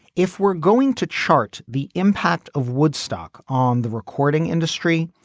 if we're going to chart the impact of woodstock on the recording industry.